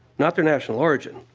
not the national origin.